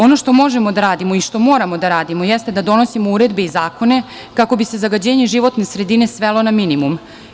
Ono što možemo da radimo i što moramo da radimo jeste da donosimo uredbe i zakone, kako bi se zagađenje životne sredine svelo na minimum.